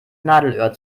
nadelöhr